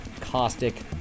caustic